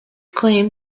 claim